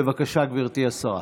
בבקשה, גברתי השרה.